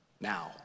now